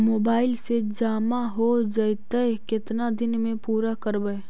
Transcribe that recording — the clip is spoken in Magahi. मोबाईल से जामा हो जैतय, केतना दिन में पुरा करबैय?